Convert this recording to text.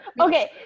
Okay